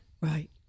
right